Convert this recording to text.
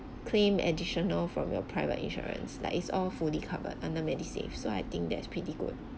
claim additional from your private insurance like it's all fully covered under MediSave so I think that's pretty good